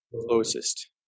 closest